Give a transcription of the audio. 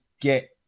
get